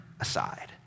aside